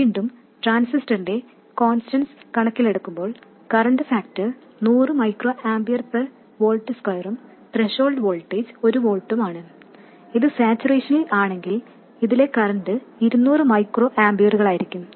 വീണ്ടും ട്രാൻസിസ്റ്ററിന്റെ കോൺസ്റ്റന്റ്സ് കണക്കിലെടുക്കുമ്പോൾ കറൻറ് ഫാക്ടർ നൂറു മൈക്രോ ആമ്പിയർ പെർ വോൾട്ട് സ്ക്വയറും ത്രെഷോൾഡ് വോൾട്ടേജ് ഒരു വോൾട്ടും ആണ് ഇത് സാച്ചുറേഷനിൽ ആണെങ്കിൽ ഇതിലെ കറൻറ് 200 മൈക്രോ ആമ്പിയറുകളായിരിക്കും